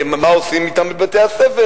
מה עושים אתם בבתי-הספר,